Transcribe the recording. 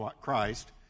Christ